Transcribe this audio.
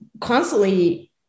constantly